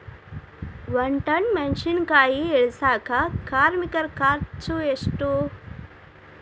ಒಂದ್ ಟನ್ ಮೆಣಿಸಿನಕಾಯಿ ಇಳಸಾಕ್ ಕಾರ್ಮಿಕರ ಖರ್ಚು ಎಷ್ಟು?